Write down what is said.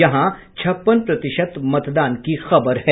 यहाँ छप्पन प्रतिशत मतदान की खबर है